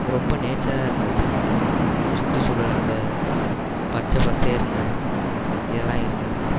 ரொம்ப நேச்சராக இருந்தது சுற்றுச்சூழல் அந்த பச்சை பசேர்னு இதலாம் இருந்தது